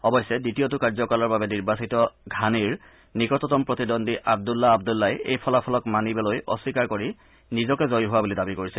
অৱশ্যে দ্বিতীয়টো কাৰ্যকালৰ বাবে নিৰ্বাচিত ঘানীৰ নিকটতম প্ৰতিদ্বন্দ্বী আব্দুল্লা আব্দুল্লাই এই ফলাফলক মানিবলৈ অস্বীকাৰ কৰি নিজকে জয়ী হোৱা বুলি দাবী কৰিছে